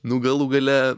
nu galų gale